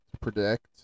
predict